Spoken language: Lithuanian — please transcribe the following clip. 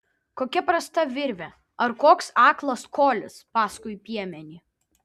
kokia prasta virvė ar koks aklas kolis paskui piemenį